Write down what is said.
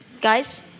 Guys